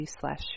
slash